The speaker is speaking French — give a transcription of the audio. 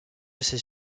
assez